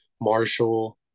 Marshall